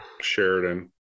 Sheridan